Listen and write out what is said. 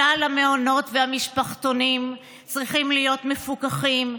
כלל המעונות והמשפחתונים צריכים להיות מפוקחים,